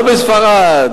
לא בספרד,